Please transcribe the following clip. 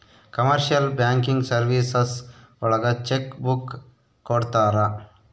commercial banking services ಒಳಗ cheque book ಕೊಡ್ತಾರ